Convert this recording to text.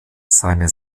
seine